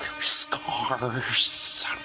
scars